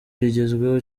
rigezweho